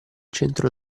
centro